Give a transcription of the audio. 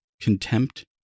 contempt